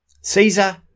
Caesar